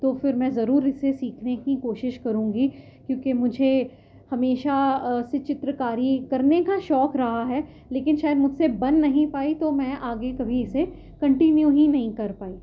تو پھر میں ضرور اسے سیکھنے کی کوشش کروں گی کیونکہ مجھے ہمیشہ سے چترکاری کرنے کا شوق رہا ہے لیکن شاید مجھ سے بن نہیں پائی تو میں آگے کبھی اسے کنٹینیو ہی نہیں کر پائی